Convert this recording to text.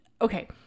okay